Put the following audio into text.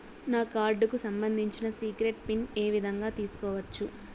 నా కార్డుకు సంబంధించిన సీక్రెట్ పిన్ ఏ విధంగా తీసుకోవచ్చు?